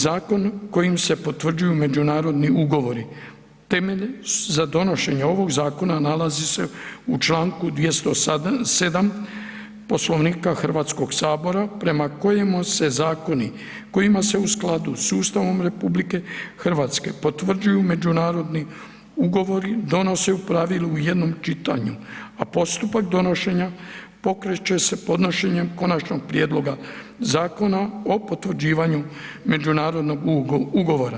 Zakon kojim se potvrđuju međunarodni ugovori, temelj za donošenje ovog zakona, nalazi se u čl. 207 Poslovnika HS-a prema kojemu se zakoni kojima se u skladu s Ustavom RH potvrđuju međunarodni ugovori, donose u pravilu u jednom čitanju, a postupak donošenja pokreće se podnošenjem konačnog prijedloga zakona o potvrđivanju međunarodnog ugovora.